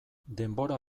denbora